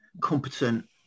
competent